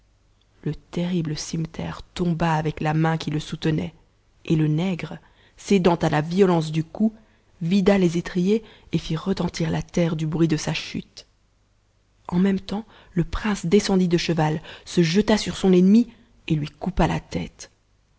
le terrible cimeterre tomba avec la main qui le soutenait et le nègre cédant à la violence du coup vida les éu'iers et fit retentir la terre du bruit de sa chute en même temps le prince descendit de cheval se jeta sur son ennemi et lui coupa la tête